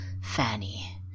Fanny